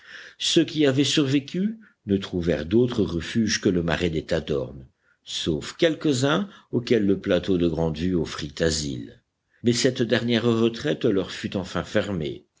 ceux qui avaient survécu ne trouvèrent d'autre refuge que le marais des tadornes sauf quelques-uns auxquels le plateau de grande vue offrit asile mais cette dernière retraite leur fut enfin fermée